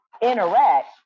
interact